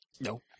No